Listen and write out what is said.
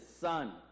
Son